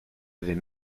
avait